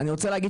אני רוצה להגיד